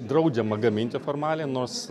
draudžiama gaminti formaliai nors